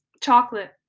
Chocolate